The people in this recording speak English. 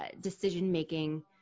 decision-making